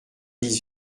dix